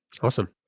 awesome